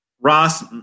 Ross